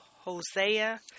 Hosea